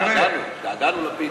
התגעגענו, התגעגענו לפיתה.